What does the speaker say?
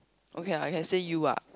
okay lah I can say you ah